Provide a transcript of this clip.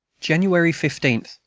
january fifteen.